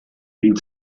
wien